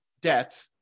debt